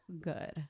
good